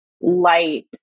light